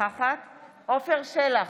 עפר שלח,